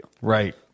Right